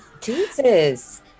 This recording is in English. Jesus